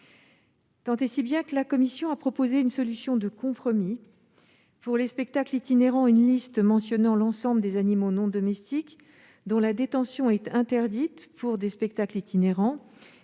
ayant conduit la commission à proposer une solution de compromis. Pour les spectacles itinérants, il s'agit d'une liste mentionnant l'ensemble des animaux non domestiques dont la détention est interdite pour ces spectacles, liste